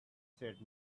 said